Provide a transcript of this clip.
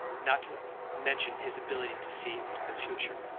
not to mention his ability to see into the future.